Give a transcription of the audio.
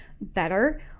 better